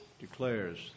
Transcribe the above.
declares